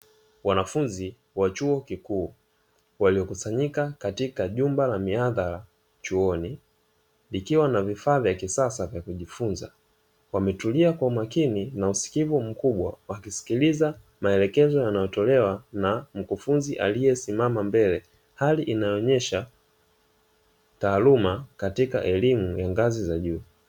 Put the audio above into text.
Wanafunzi wa chuo kikuu waliokusanyika katika jumba la mihadhara chuoni, ikiwa na vifaa vya kisasa vya kujifunza. Wametulia kwa makini na usikivu mkubwa wakisikiliza maelekezo yanayotolewa na mkufunzi aliyesimama mbele, hali inayoonesha taaluma katika elimu ya ngazi za juu.